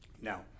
Now